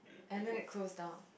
and then it closed down